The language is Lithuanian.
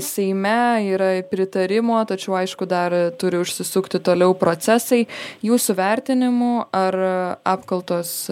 seime yra pritarimo tačiau aišku dar turi užsisukti toliau procesai jūsų vertinimu ar apkaltos